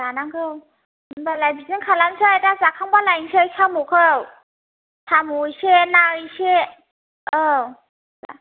जानांगौ होनबालाय बिदिनो खालामसै दा जाखांब्ला लायनोसै साम'खौ साम' एसे ना एसे औ